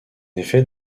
effet